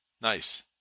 nice